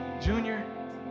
Junior